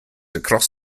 across